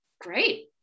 Great